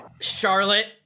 Charlotte